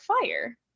fire